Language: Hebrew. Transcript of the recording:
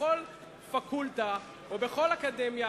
בכל פקולטה ובכל אקדמיה,